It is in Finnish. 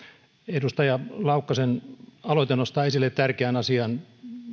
edustaja laukkasen aloite nostaa esille tärkeän asian